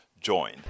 join